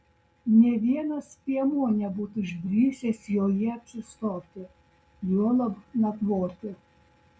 nė vienas piemuo nebūtų išdrįsęs joje apsistoti juolab nakvoti